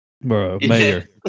Mayor